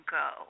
go